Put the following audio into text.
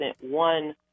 one